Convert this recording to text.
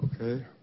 Okay